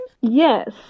Yes